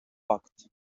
факт